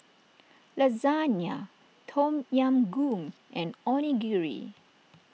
Lasagna Tom Yam Goong and Onigiri